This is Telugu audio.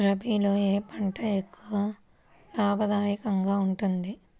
రబీలో ఏ పంట ఎక్కువ లాభదాయకంగా ఉంటుంది?